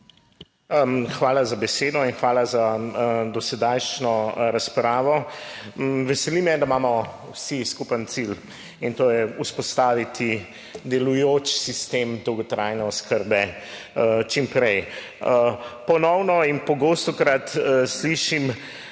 Hvala za besedo in hvala za dosedanjo razpravo. Veseli me, da imamo vsi skupen cilj in to je vzpostaviti delujoč sistem dolgotrajne oskrbe čim prej. Ponovno in pogostokrat slišim,